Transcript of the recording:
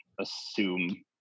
assume